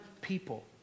people